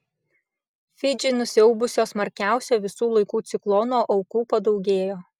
fidžį nusiaubusio smarkiausio visų laikų ciklono aukų padaugėjo